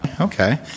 Okay